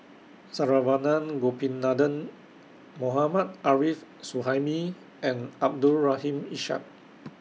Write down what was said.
Saravanan Gopinathan Mohammad Arif Suhaimi and Abdul Rahim Ishak